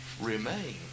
remain